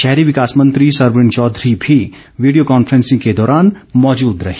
शहरी विकास मंत्री सरवीण चौधरी भी वीडियो कांफ्रेंसिंग के दौरान मौजूद रहीं